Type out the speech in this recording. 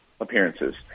appearances